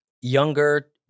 younger